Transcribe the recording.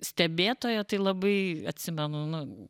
stebėtoją tai labai atsimenu nu